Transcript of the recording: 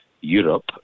Europe